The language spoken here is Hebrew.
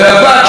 מזגנים,